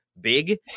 big